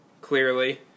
clearly